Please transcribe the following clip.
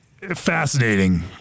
fascinating